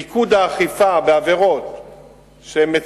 מיקוד האכיפה בעבירות של,